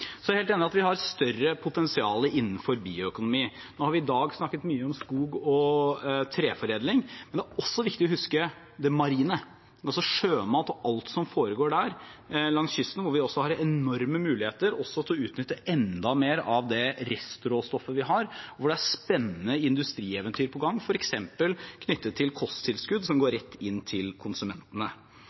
så det er sagt. Jeg er helt enig i at vi har et større potensial innenfor bioøkonomi. I dag har vi snakket mye om skog og treforedling, men det er også viktig å huske det marine, altså sjømat og alt som foregår langs kysten, hvor vi har enorme muligheter også til å utnytte enda mer av det restråstoffet vi har, og hvor det er spennende industrieventyr på gang, f.eks. knyttet til kosttilskudd, som går rett til konsumentene.